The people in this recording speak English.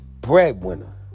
breadwinner